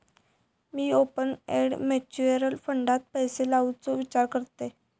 मी open end mutual फंडात पैशे लावुचो विचार करतंय